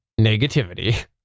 negativity